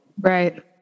Right